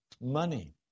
money